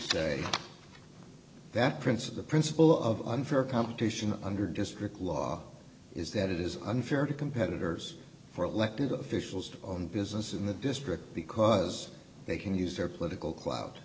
say that prince of the principle of unfair competition under district law is that it is unfair to competitors for elected officials to own businesses in the district because they can use their political clout